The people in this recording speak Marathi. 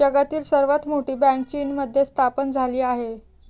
जगातील सर्वात मोठी बँक चीनमध्ये स्थापन झाली आहे